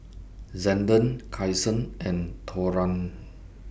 Zander Kyson and Torran